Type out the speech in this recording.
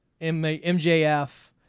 MJF